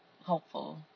Hopeful